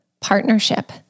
partnership